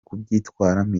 kubyitwaramo